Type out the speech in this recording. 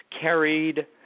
carried